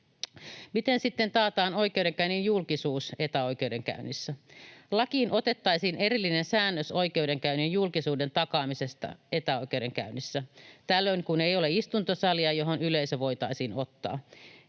Miten sitten taataan oikeudenkäynnin julkisuus etäoikeudenkäynnissä? Lakiin otettaisiin erillinen säännös oikeudenkäynnin julkisuuden takaamisesta etäoikeudenkäynnissä, kun tällöin ei ole istuntosalia, johon yleisö voitaisiin ottaa.